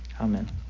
Amen